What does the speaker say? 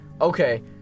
Okay